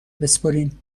بسپرین